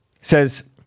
Says